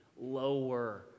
lower